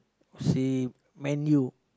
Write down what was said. she man you